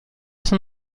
son